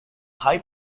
high